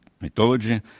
mythology